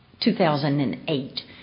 2008